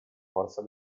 forza